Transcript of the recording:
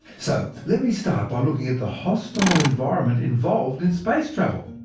so let me start by looking at the hostile environment involved in space travel.